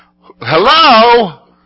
Hello